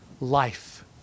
life